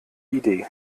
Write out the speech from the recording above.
idee